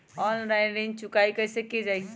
Online ऋण चुकाई कईसे की ञाई?